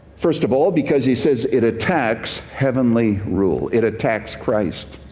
first of all, because he says it attacks heavenly rule. it attacks christ.